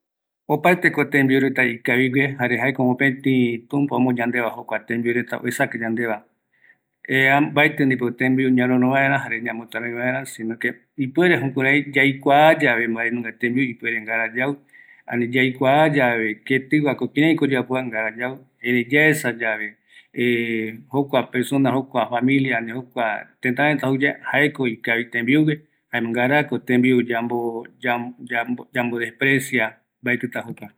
Opaeteko tembiu reta ombou yandeve tumpa, mopetɨ yerovia arañavo ñanoiva, mbaetɨ ñaroɨro vaera, erei yaikuaa yave tembiu ngara yau, yaikuaa kiraiko oyeapova ngara yau, yaesa yave kia jou, jayave yautavi, erei tembiu ngara ñaroɨro kuako ikaviavi